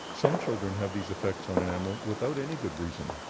some children have these effects on enamel without any good reason.